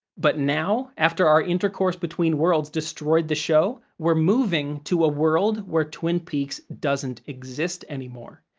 but now, after our intercourse between worlds destroyed the show, we're moving to a world where twin peaks doesn't exist anymore,